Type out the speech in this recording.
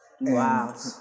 Wow